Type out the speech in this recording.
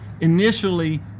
initially